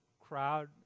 crowd